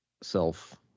self